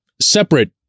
separate